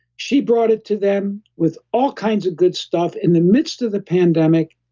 she brought it to them with all kinds of good stuff in the midst of the pandemic,